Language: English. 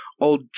old